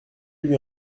lui